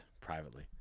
privately